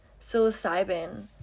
psilocybin